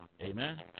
amen